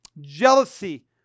jealousy